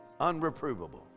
unreprovable